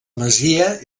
masia